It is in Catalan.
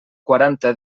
quaranta